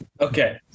Okay